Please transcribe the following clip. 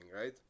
right